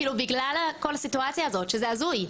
כאילו בגלל כל הסיטואציה הזאת שזה הזוי,